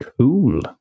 Cool